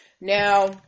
Now